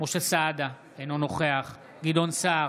משה סעדה, אינו נוכח גדעון סער,